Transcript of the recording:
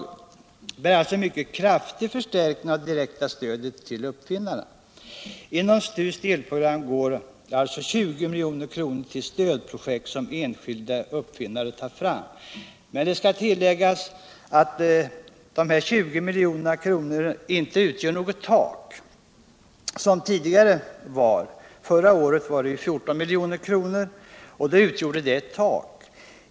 Det blir alltså en mycket kraftig förstärkning av det direkta stödet till uppfinnarna. Inom STU:s delprogram ingår 20 milj.kr. till stödprojekt som enskilda uppfinnare tar fram. Det skall tilläggas att dessa 20 milj.kr. icke som tidigare utgör något tak. Förra året var anslaget 14 milj.kr. och detta utgjorde ett tak.